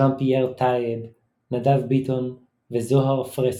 ז'אן פייר טייב, נדב ביטון, וזוהר פרסקו.